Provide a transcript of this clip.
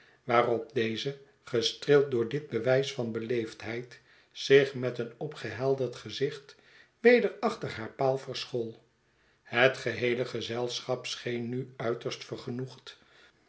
waarop deze gestreeld door dit bewijs van beleefdheid zich met een opgehelderd gezicht weder achter haar paal verschool het geheele gezelschap scheen nu uiterst